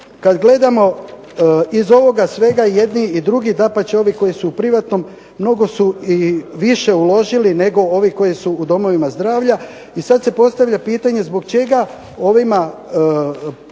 kada gledamo iz ovoga svega i jedni i drugi, dapače ovi koji su u privatnom mnogo su i više uložili nego ovi koji su u domovima zdravlja. I sada se postavlja pitanje zbog čega ovima